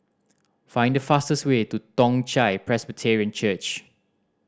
find the fastest way to Toong Chai Presbyterian Church